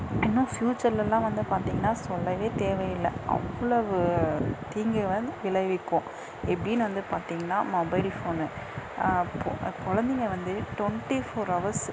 இன்னும் ஃப்யூச்சர்லெல்லாம் வந்து பார்த்தீங்கனா சொல்லவே தேவை இல்லை அவ்வளோவு தீங்கை வந்து விளைவிக்கும் எப்படின் வந்து பார்த்தீங்கனா மொபைல் ஃபோனு இப்போது கொழந்தைங்க வந்து டொண்ட்டி ஃபோர் ஹவர்ஸு